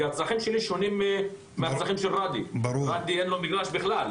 הצרכים שלי שונים מהצרכים של ראדי שאין לו מגרש בכלל,